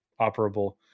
operable